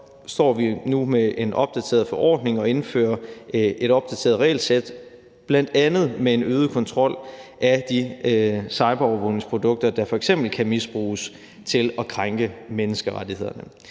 står vi nu med en opdateret forordning og indfører et opdateret regelsæt, bl.a. med en øget kontrol af de cyberovervågningsprodukter, der f.eks. kan misbruges til at krænke menneskerettighederne.